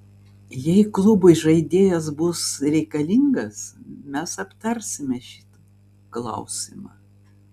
jei klubui žaidėjas bus reikalingas mes aptarsime šį klausimą